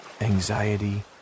anxiety